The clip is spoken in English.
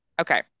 okay